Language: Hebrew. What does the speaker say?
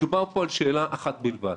מדובר פה על שאלה אחת בלבד